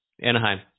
Anaheim